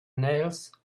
nails